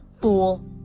fool